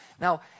Now